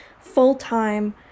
full-time